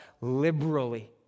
liberally